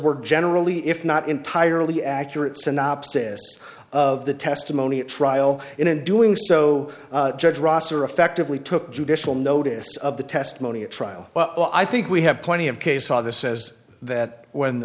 were generally if not entirely accurate synopsis of the testimony at trial in doing so judge ross or effectively took judicial notice of the testimony at trial well i think we have plenty of case father says that when